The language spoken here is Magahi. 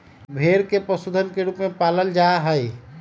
भेड़ के पशुधन के रूप में पालल जा हई